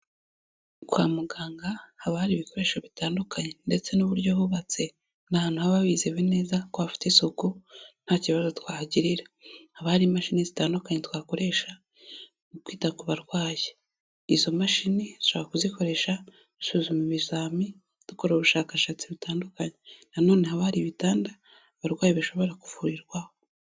Kwa muganga haba hari ibikoresho bitandukanye ndetse n'uburyo bubatse ni ahantu haba hizewe neza ko hafite isuku, nta kibazo twahagirira, haba hari imashini zitandukanye twakoresha mu kwita ku barwayi, izo mashini dushobora kuzikoresha dusuzuma ibizami dukora ubushakashatsi butandukanye, nanone abari ibitanda abarwayi bashobora kuvurirwaho.